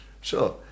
sure